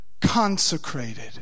consecrated